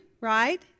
right